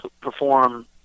perform